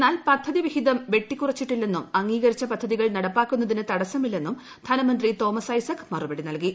എന്നാൽ പദ്ധതിവിഹിതം വെട്ടിക്കുറച്ചിട്ടില്ലെന്നും അംഗീകരിച്ച പദ്ധതികൾ നടപ്പാക്കുന്നതിന് തടസ്സമില്ലെന്നും ധനമന്ത്രി തോമസ് ഐസക് മറുപടി നൽകി